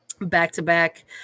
back-to-back